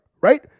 right